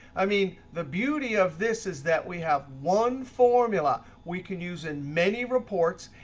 i mean, the beauty of this is that we have one formula we can use in many reports,